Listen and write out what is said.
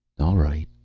all right.